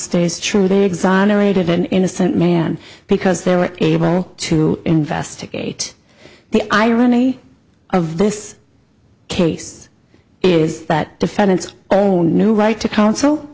is true they exonerated an innocent man because they were able to investigate the irony of this case is that defendant's own new right to counsel